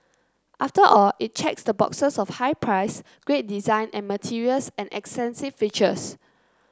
after all it checks the boxes of high price great design and materials and extensive features